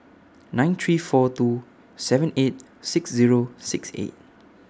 nine three four two seven eight six Zero six eight